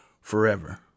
forever